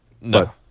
No